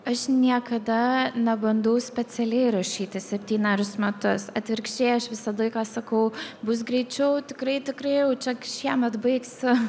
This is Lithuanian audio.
aš niekada nebandau specialiai rašyti septynerius metus atvirkščiai aš visadaiką sakau bus greičiau tikrai tikrai jau čia kad šiemet baigsiu